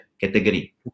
category